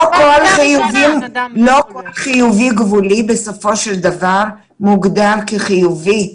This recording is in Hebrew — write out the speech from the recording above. לא כל חיובי-גבולי בסופו של דבר מוגדר כחיובי,